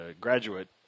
graduate